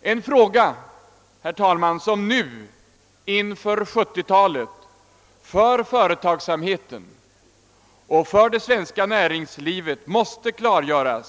En sak som måste klargöras för företagsamheten och det svenska näringslivet inför 1970-talet